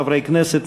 חברי כנסת,